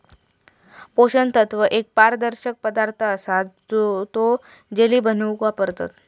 पोषण तत्व एक पारदर्शक पदार्थ असा तो जेली बनवूक वापरतत